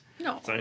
No